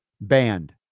Banned